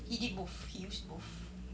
he did both he used both